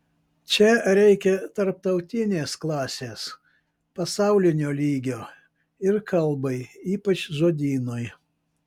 čia reikia tarptautinės klasės pasaulinio lygio ir kalbai ypač žodynui